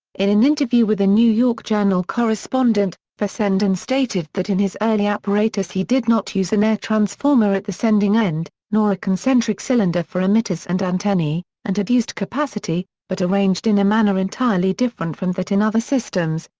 in an interview with a new york journal correspondent, fessenden stated that in his early apparatus he did not use an air transformer at the sending end, nor a concentric cylinder for emitters and antennae, and had used capacity, but arranged in a manner entirely different from that in other systems,